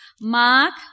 Mark